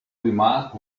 remark